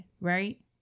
right